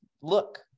look